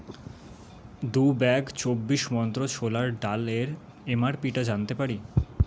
দু ব্যাগ চব্বিশ মন্ত্র ছোলার ডালের এমআরপিটা জানতে পারি